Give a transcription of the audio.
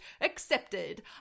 accepted